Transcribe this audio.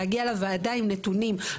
להגיע לוועדה עם נתונים,